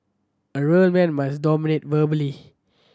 a real man must dominate verbally